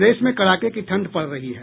प्रदेश में कड़ाके की ठंड पड़ रही है